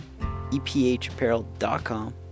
EPHapparel.com